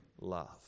love